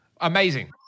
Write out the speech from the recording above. Amazing